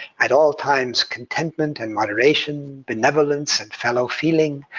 at all times, contentment and moderation, benevolence and fellow feeling,